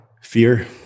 Fear